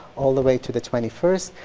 all the way to the twenty first.